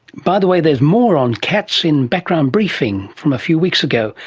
by the way, there's more on cats in background briefing from a few weeks ago,